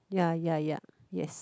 ya ya ya yes